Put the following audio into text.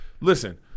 listen